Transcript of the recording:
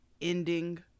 ending